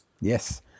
Yes